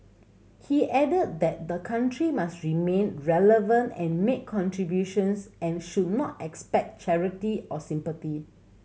he added that the country must remain relevant and make contributions and should not expect charity or sympathy